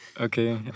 Okay